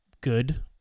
good